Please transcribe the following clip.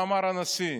מה אמר הנשיא?